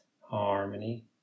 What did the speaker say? harmony